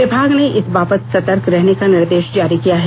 विभाग ने इस बाबत सतर्क रहने का निर्देश जारी किया है